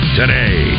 today